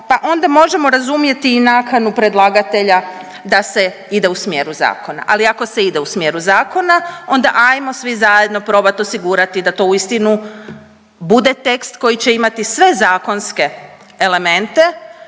pa onda možemo razumjeti i nakanu predlagatelja da se ide u smjeru zakona. Ali ako se ide u smjeru zakona onda ajmo svi zajedno probat osigurati da to uistinu bude tekst koji će imati sve zakonske elemente